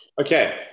Okay